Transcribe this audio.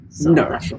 No